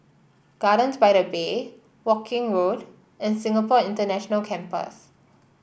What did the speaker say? Gardens by the Bay Woking Road and Singapore International Campus